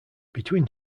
between